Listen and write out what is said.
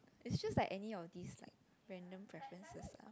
it's just like any of this like random preferences lah